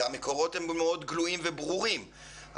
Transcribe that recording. שהם מאוד גלויים וברורים,